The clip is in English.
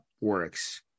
works